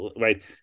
right